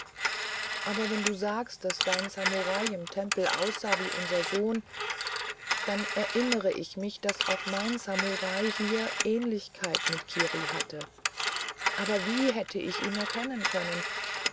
aber wenn du sagst daß dein samurai im tempel aussah wie unser sohn dann erinnere ich mich daß auch mein samurai hier ähnlichkeit mit kiri hatte aber wie hätte ich ihn erkennen können